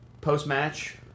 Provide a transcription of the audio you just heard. post-match